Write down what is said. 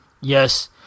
Yes